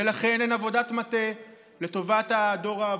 ולכן אין עבודת מטה לטובת הדור האבוד.